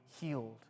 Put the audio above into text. healed